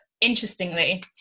interestingly